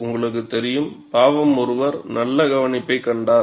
உங்களுக்கு தெரியும் பாவம் ஒருவர் நல்ல கவனிப்பைக் கண்டார்